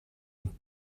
een